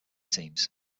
teams